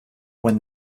when